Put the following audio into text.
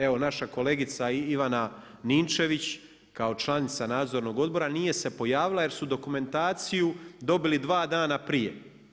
Evo naša kolegica Ivana Ninčević kao članica Nadzornog odbora nije se pojavila jer su dokumentaciju dobili dva dana prije.